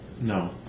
No